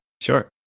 Sure